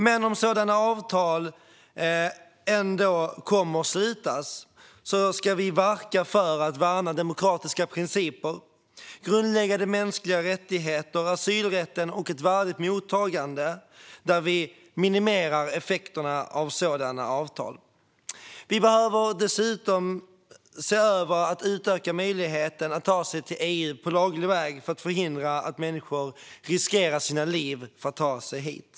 Men om sådana avtal ändå kommer att slutas ska vi verka för att värna demokratiska principer, grundläggande mänskliga rättigheter, asylrätten och ett värdigt mottagande, där vi minimerar effekterna av sådana avtal. Vi behöver dessutom göra en översyn för utökade möjligheter att ta sig till EU på laglig väg för att förhindra att människor riskerar sina liv för att ta sig hit.